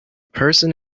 person